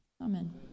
Amen